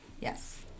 Yes